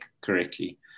correctly